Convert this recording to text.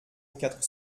quatre